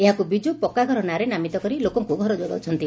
ଏହାକୁ ବିଜୁ ପକ୍କାଘର ନାଁରେ ନାମିତ କରି ଲୋକଙ୍କୁ ଘର ଯୋଗାଉଛନ୍ତି